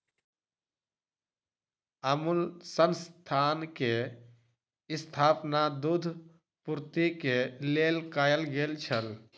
अमूल संस्थान के स्थापना दूध पूर्ति के लेल कयल गेल छल